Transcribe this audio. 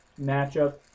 matchup